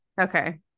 Okay